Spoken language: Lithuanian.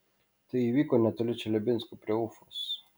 tai įvyko netoli čeliabinsko prie ufos